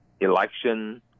election